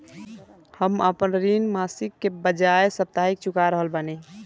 हम आपन ऋण मासिक के बजाय साप्ताहिक चुका रहल बानी